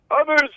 Others